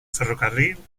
ferrocarril